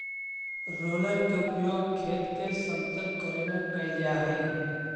roller के उपयोग खेत के समतल करे में कैल जा हई